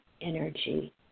energy